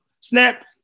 snap